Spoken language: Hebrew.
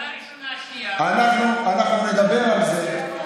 אנחנו נדבר על זה.